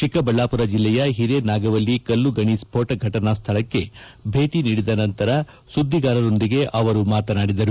ಚಿಕ್ಕಬಳ್ಳಾಪುರ ಜಿಲ್ಲೆಯ ಹಿರೇನಾಗವಲ್ಲಿ ಕಲ್ಲು ಗಣಿ ಸ್ಪೋಟ ಘಟನಾ ಸ್ದಳಕ್ಕೆ ಭೇಟಿ ನೀಡಿದ ನಂತರ ಸುದ್ದಿಗಾರರೊಂದಿಗೆ ಅವರು ಮಾತನಾಡಿದರು